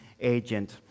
agent